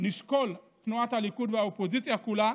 תנועת הליכוד והאופוזיציה כולה,